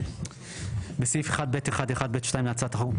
בסעיף 1(ב1)(1)(ב)(2) להצעת החוק,